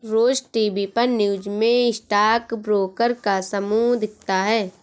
रोज TV पर news में stock broker का समूह दिखता है